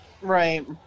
Right